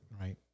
Right